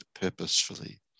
purposefully